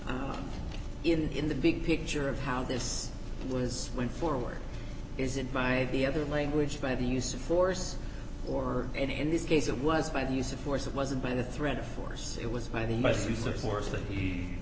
out in the big picture of how this was went forward is it by the other language by the use of force or in this case it was by the use of force it wasn't by the threat of force it was by the